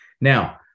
Now